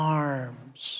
arms